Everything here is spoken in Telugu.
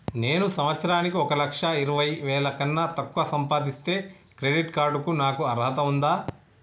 నేను సంవత్సరానికి ఒక లక్ష ఇరవై వేల కన్నా తక్కువ సంపాదిస్తే క్రెడిట్ కార్డ్ కు నాకు అర్హత ఉందా?